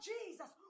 Jesus